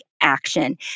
action